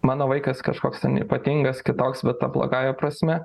mano vaikas kažkoks ten ypatingas kitoks bet ta blogąja prasme